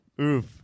Oof